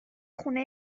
خونه